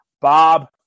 Bob